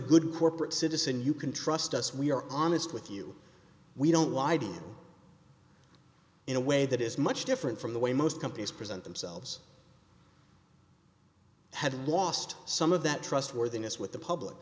good corporate citizen you can trust us we are honest with you we don't live in a way that is much different from the way most companies present themselves had lost some of that trustworthiness with the public